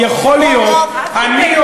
כן,